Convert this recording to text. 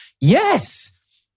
Yes